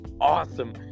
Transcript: awesome